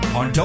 on